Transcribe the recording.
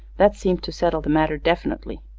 that seemed to settle the matter definitely.